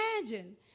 imagine